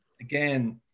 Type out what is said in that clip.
again